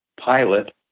pilot